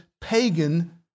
pagan